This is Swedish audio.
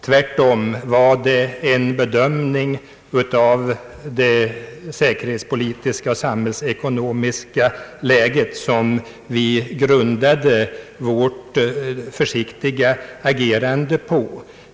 Tvärtom var det en bedömning av det säkerhetspolitiska och samhällsekonomiska läget, som vi grundade vårt försiktiga agerande på.